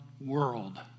world